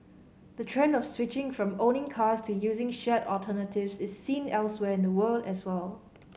the trend of switching from owning cars to using shared alternatives is seen elsewhere in the world as well